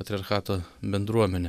patriarchato bendruomenė